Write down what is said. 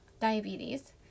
diabetes